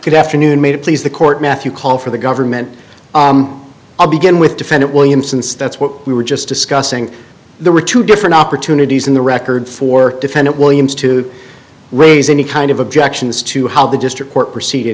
good afternoon made it please the court math you call for the government i'll begin with defendant william since that's what we were just discussing the return to different opportunities in the record for defendant williams to raise any kind of objections to how the district court proceeding